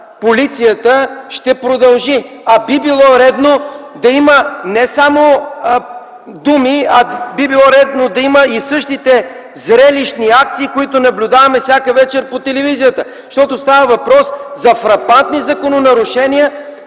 полицията ще продължи. А би било редно да има не само думи, би било редно да има същите зрелищни акции, които наблюдаваме всяка вечер по телевизията. Защото става въпрос за фрапантни закононарушения,